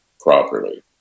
properly